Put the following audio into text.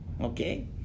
Okay